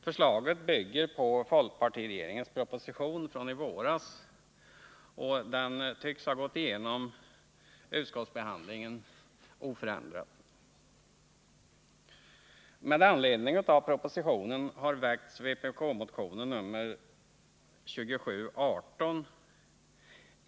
Förslaget bygger på folkpartiregeringens proposition från i våras, och den tycks ha gått igenom utskottsbehandlingen oförändrad. Med anledning av propositionen har vpk väckt motionen nr 2718.